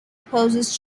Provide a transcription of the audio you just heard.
opposes